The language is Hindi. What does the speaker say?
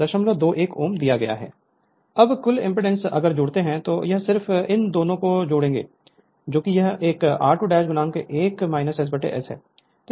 Refer Slide Time 1815 अब कुल एमपीडांस अगर जोड़ते हैं तो यह सिर्फ इन दोनों को जुड़ेगा जोकि यह एक r2 1 SS है